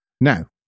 Now